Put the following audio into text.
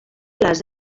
les